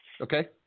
Okay